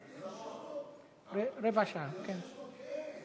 במיליון שקל ו-600,000 אין.